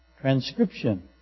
transcription